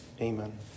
Amen